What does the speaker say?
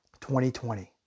2020